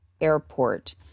airport